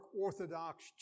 orthodox